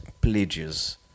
pledges